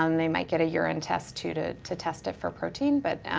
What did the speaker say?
um they might get a urine test too, to to test it for protein, but